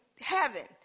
heaven